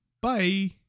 Bye